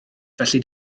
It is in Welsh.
felly